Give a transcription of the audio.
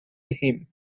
him